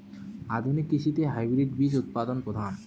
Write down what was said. আধুনিক কৃষিতে হাইব্রিড বীজ উৎপাদন প্রধান